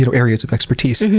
you know areas of expertise.